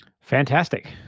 Fantastic